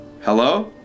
Hello